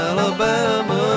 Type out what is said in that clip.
Alabama